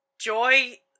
joy